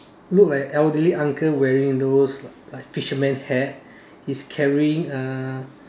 look like a elderly uncle wearing those like fisherman hat he's carrying uh